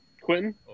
Quentin